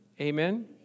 Amen